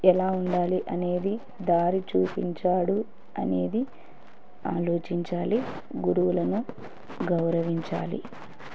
ఎలా ఉండాలి అనేది దారి చూపించాడు అనేది ఆలోచించాలి గురువులను గౌరవించాలి